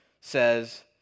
says